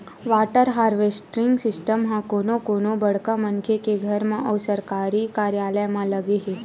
water harvesting system ह कोनो कोनो बड़का मनखे के घर म अउ सरकारी कारयालय म लगे हे